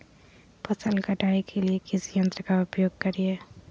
फसल कटाई के लिए किस यंत्र का प्रयोग करिये?